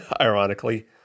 ironically